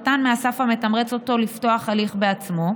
קטן מהסף המתמרץ אותו לפתוח הליך בעצמו,